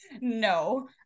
no